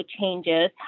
changes